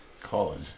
College